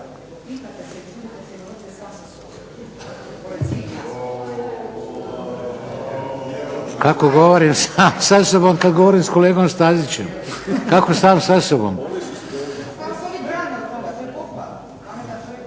Kako govorim sam sa sobom kada govorim sa kolegom Stazićem. Kako sam sa sobom. Bit će nam čast,